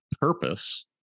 purpose